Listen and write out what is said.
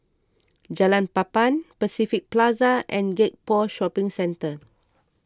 Jalan Papan Pacific Plaza and Gek Poh Shopping Centre